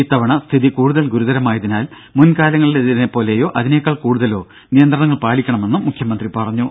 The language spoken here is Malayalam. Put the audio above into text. ഇത്തവണ സ്ഥിതി കൂടുതൽ ഗുരുതരമായതിനാൽ മുൻകാലങ്ങളിലേതിനെ പോലെയോ അതിനേക്കാൾ കൂടുതലോ നിയന്ത്രണങ്ങൾ പാലിക്കണമെന്ന് മുഖ്യമന്ത്രി പറഞ്ഞു